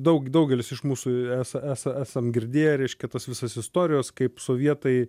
daug daugelis iš mūsų esą esą esam girdėję reiškia tas visas istorijas kaip sovietai